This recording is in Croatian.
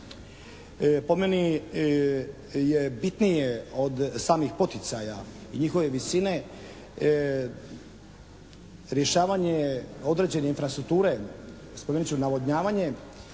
po meni je bitnije od samih poticaja i njihove visine rješavanje određene infrastrukture. Spomenut ću navodnjavanje,